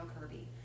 Kirby